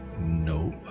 no